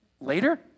later